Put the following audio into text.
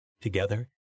Together